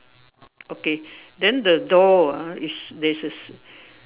okay then the door ah is there's a